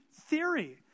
theory